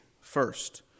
first